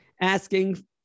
asking